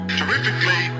terrifically